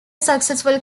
successful